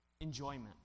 enjoyment